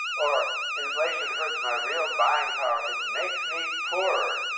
or, inflation hurts my real buying power. it makes me poorer.